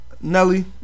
Nelly